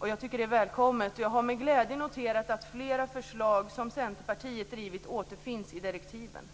Det är välkommet. Jag har med glädje noterat att flera förslag som Centerpartiet drivit återfinns i direktiven.